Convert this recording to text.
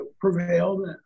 prevailed